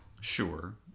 Sure